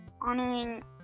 honoring